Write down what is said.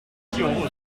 study